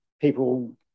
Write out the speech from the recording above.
people